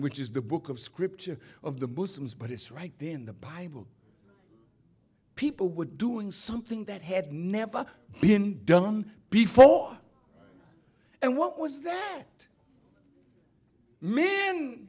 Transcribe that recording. which is the book of scripture of the muslims but it's right there in the bible people were doing something that had never been done before and what was that m